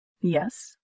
Yes